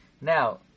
Now